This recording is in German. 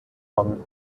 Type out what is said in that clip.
von